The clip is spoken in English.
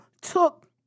Took